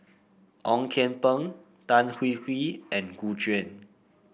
Ong Kian Peng Tan Hwee Hwee and Gu Juan